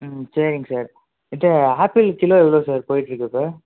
ம் சரிங்க சார் இப்ப ஆப்பிள் கிலோ எவ்வளோ சார் போயிகிட்டுருக்கு இப்போ